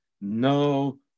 no